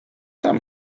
tam